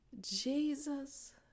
Jesus